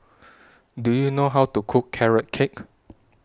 Do YOU know How to Cook Carrot Cake